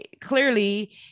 clearly